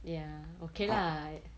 ya okay lah